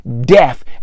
death